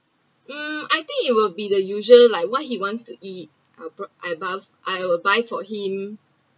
um I think it will be the usual like what’s he want to eat I bought I bluff I’ll buy for him